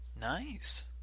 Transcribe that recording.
Nice